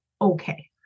okay